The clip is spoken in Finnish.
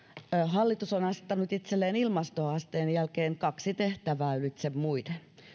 hallitus on asettanut itselleen ilmastohaasteen jälkeen kaksi tehtävää ylitse muiden